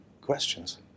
questions